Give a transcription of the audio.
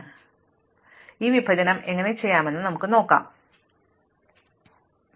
അതിനാൽ നിർണായക ഘട്ടം ഈ വിഭജനമാണ് ഈ വിഭജനം എങ്ങനെ ചെയ്യാമെന്ന് ഞങ്ങൾ കാണും അതാണ് ഇപ്പോൾ നമ്മൾ കാണുന്നത്